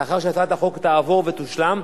לאחר שהצעת החוק תועבר ותושלם,